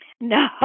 No